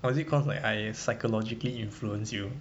or is it cause like I psychologically influence you